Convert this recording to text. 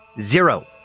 zero